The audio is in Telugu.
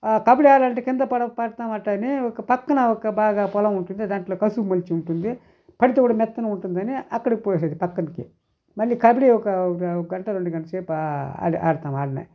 కబడి ఆడలంటే కింద పడ పడతాం అట్ట అని ఒక పక్కన ఒక బాగా పొలము ఉంటుంది దాంట్లో కసువు మొలిచి ఉంటుంది పడితే కూడా మెత్తంగా ఉంటుందని అక్కడ పోసేది పక్కనకి మళ్ళి కబడి ఒక ఒక గంట రెండు గంటల సేపు అదే ఆడతాము ఆడనే